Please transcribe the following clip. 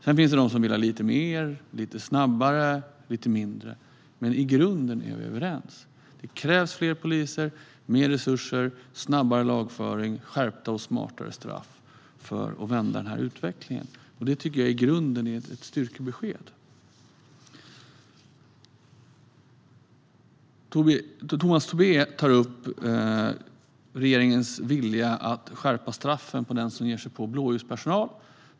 Det finns de som vill ha lite mer, lite snabbare eller lite mindre. Men i grunden är vi överens om att det krävs fler poliser, mer resurser, snabbare lagföring och skärpta och smartare straff för att vända utvecklingen. Det tycker jag är ett styrkebesked. Tomas Tobé tar upp regeringens vilja att skärpa straffen för den som ger sig på blåljuspersonal.